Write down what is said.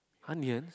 onions